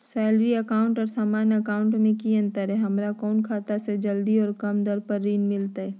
Salary account और सामान्य account मे की अंतर है हमरा कौन खाता से जल्दी और कम दर पर ऋण मिलतय?